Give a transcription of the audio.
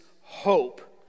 hope